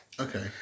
Okay